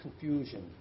confusion